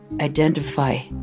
identify